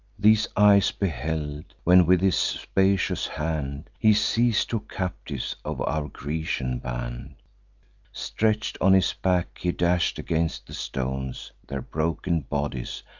these eyes beheld, when with his spacious hand he seiz'd two captives of our grecian band stretch'd on his back, he dash'd against the stones their broken bodies,